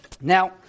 Now